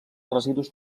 residus